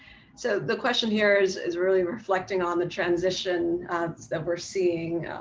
so the question here is is really reflecting on the transition that we're seeing,